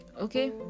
okay